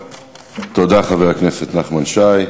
תודה, חבר הכנסת נחמן שי.